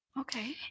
Okay